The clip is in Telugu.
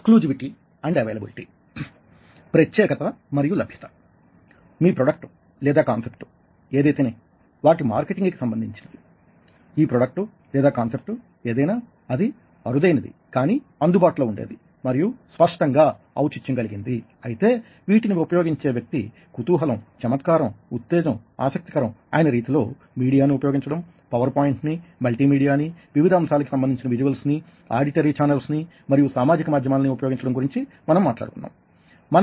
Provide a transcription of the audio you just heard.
ఎక్స్క్లూజివిటీ అండ్ ఎవైలబిలిటీ ప్రత్యేకత మరియు లభ్యత మీ ప్రొడక్ట్ లేదా కాన్సెప్ట్ ఏదైతేనేం వాటి మార్కెటింగ్కి సంబంధించినది ఈ ప్రొడక్టు లేదా కాన్సెప్టు ఏదైనా అది అరుదైనది కానీ అందుబాటులో ఉండేది మరియు స్పష్టంగా ఔచిత్యం కలిగినదీ అయితే వీటిని ఉపయోగించే వ్యక్తి కుతూహలంచమత్కారంఉత్తేజంఆసక్తికరం అయిన రీతిలో మీడియా ని ఉపయోగించడం పవర్ పాయింట్ ని మల్టీమీడియా ని వివిధ అంశాలకి సంబంధించిన విజువల్స్ ని ఆడిటరీ ఛానల్నీ మరియు సామాజిక మాధ్యమాల నీ ఉపయోగించడం గురించి మనం మాట్లాడుకున్నాం